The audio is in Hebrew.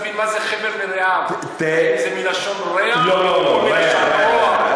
אנחנו מנסים להבין מה זה "חבר מרעיו" מלשון רֵע או מלשון רוע.